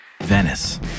Venice